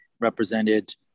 represented